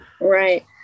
Right